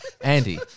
Andy